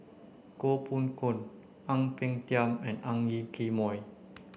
Koh Poh Koon Ang Peng Tiam and Ang Yoke Mooi